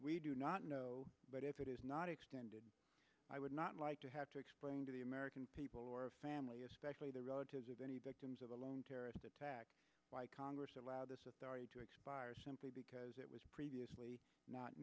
we do not know but if it is not extended i would not like to have to explain to the american people or family especially the relatives of any victims of a lone terrorist attack why congress allowed this to expire simply because it was previously not